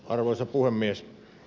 arvoisa puhemies